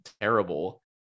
terrible